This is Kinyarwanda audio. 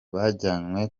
bajyanywe